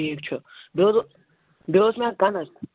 ٹھیٖک چھُ بیٚیہِ حظ اوس بیٚیہِ اوس مےٚ کَنَس